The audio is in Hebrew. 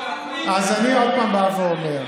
אז אני עוד פעם בא ואומר,